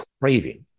craving